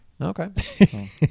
Okay